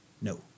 No